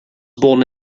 born